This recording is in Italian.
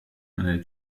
nel